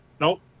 Nope